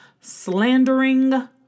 slandering